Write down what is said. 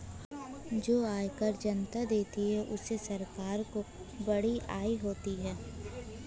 जो आयकर जनता देती है उससे सरकार को बड़ी आय होती है